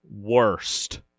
worst